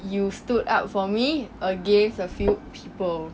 you stood up for me against a few people